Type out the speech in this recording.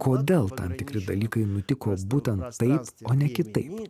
kodėl tam tikri dalykai nutiko būtent taip o ne kitaip